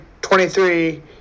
23